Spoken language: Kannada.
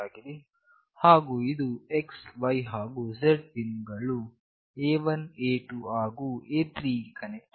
ಹಾಗು ಇದು xy ಹಾಗು z ಗಳು ಪಿನ್ A1A2 ಹಾಗು A3 ಗಳಿಗೆ ಕನೆಕ್ಟ್ ಆಗಿದೆ